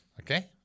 Okay